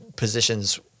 positions